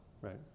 right